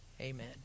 Amen